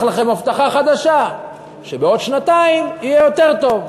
לכם הבטחה חדשה שבעוד שנתיים יהיה יותר טוב.